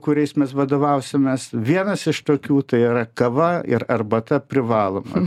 kuriais mes vadovausimės vienas iš tokių tai yra kava ir arbata privaloma